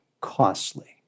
costly